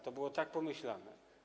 To było tak pomyślane.